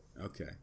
Okay